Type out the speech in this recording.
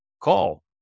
Call